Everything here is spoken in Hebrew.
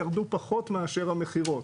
ירדו פחות מאשר המכירות,